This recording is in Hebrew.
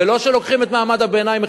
ולא שלוקחים את מעמד הביניים,